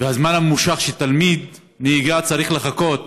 בנושא מבחני נהיגה והזמן הממושך שתלמיד נהיגה צריך לחכות